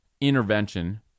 intervention